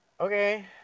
Okay